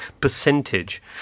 percentage